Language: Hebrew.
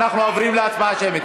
אנחנו עוברים להצבעה שמית.